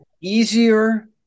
easier